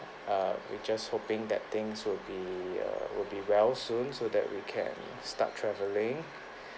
err we just hoping that things will be err be well soon so that we can start travelling